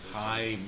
high